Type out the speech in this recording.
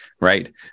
right